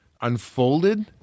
unfolded